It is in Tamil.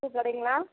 பூக்கடைங்களா